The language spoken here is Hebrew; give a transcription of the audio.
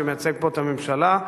שמייצג פה את הממשלה,